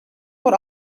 door